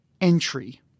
entry